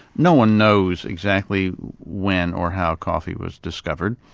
no-one knows exactly when or how coffee was discovered.